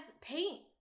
paint